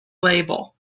label